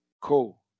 Cool